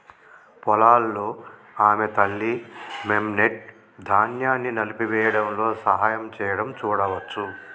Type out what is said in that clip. పొలాల్లో ఆమె తల్లి, మెమ్నెట్, ధాన్యాన్ని నలిపివేయడంలో సహాయం చేయడం చూడవచ్చు